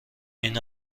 این